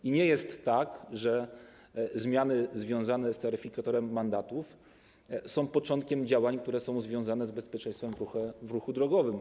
I nie jest tak, że zmiany związane z taryfikatorem mandatów są początkiem działań, które są związane z bezpieczeństwem w ruchu drogowym.